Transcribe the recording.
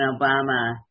Obama